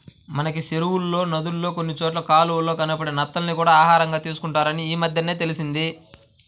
మనకి చెరువుల్లో, నదుల్లో కొన్ని చోట్ల కాలవల్లో కనబడే నత్తల్ని కూడా ఆహారంగా తీసుకుంటారని ఈమద్దెనే తెలిసింది